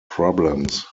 problems